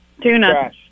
Tuna